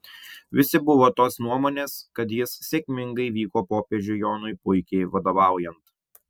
visi buvo tos nuomonės kad jis sėkmingai vyko popiežiui jonui puikiai vadovaujant